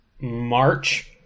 March